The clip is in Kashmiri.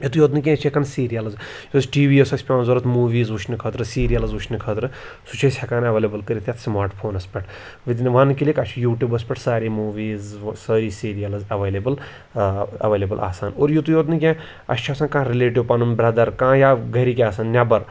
یِتُے یوت نہٕ کینٛہہ أسۍ چھِ ہٮ۪کان سیٖریَلٕز یہِ اوس ٹی وی یہِ اوس اَسہِ پٮ۪وان ضوٚرَتھ موٗویٖز وٕچھنہٕ خٲطرٕ سیٖریَلٕز وٕچھنہٕ خٲطرٕ سُہ چھِ أسۍ ہٮ۪کان اٮ۪ویلیبٕل کٔرِتھ یَتھ سٕماٹ فونَس پٮ۪ٹھ وِدِن اَ وَن کِلِک اَسہِ چھِ یوٗٹیوٗبَس پٮ۪ٹھ سارے موٗویٖز سٲری سیٖریَلٕز اٮ۪ویلبیٕل اٮ۪ویلیبٕل آسان اور یِتُے یوت نہٕ کینٛہہ اَسہِ چھِ آسان کانٛہہ رٕلیٹِو پَںُن برٛدَر کانٛہہ یا گَرِکۍ آسَن نیٚبَر